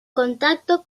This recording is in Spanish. contacto